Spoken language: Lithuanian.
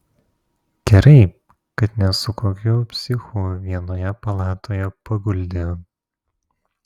gerai kad ne su kokiu psichu vienoje palatoje paguldė